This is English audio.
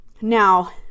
now